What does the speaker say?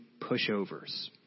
pushovers